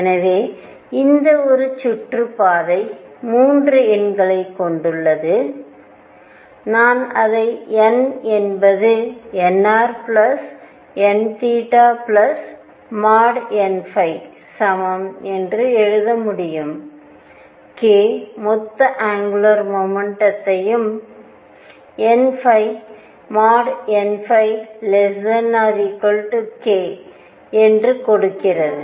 எனவே இந்த ஒரு சுற்றுப்பாதை 3 எண்களை கொண்டுள்ளது நான் அதை n என்பது nrn|n| சமம் என்று எழுத முடியும் k மொத்த அங்குலார் மொமெண்டம்த்தையும் n n≤k என்று கொடுக்கிறது